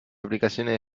aplicaciones